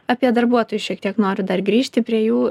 apie darbuotojus šiek tiek noriu dar grįžti prie jų